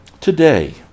Today